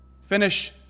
finish